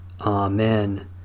Amen